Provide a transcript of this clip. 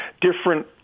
different